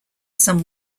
some